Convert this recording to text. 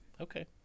Okay